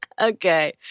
Okay